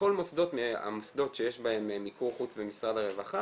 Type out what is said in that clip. בכל המוסדות שיש בהם מיקור חוץ במשרד הרווחה